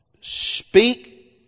speak